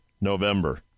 November